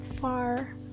far